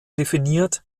definiert